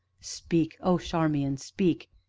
speak oh, charmian, speak!